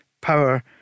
Power